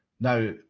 Now